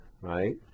right